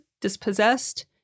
dispossessed